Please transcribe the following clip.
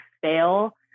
fail